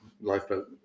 lifeboat